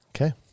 Okay